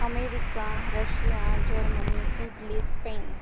America Russia Germany Italy Spain